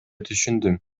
түшүндүм